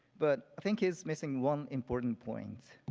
but i think he's missing one important point.